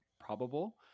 probable